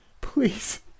Please